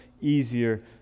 easier